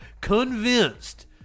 convinced